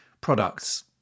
products